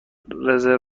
رزرو